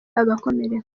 agakomereka